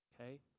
okay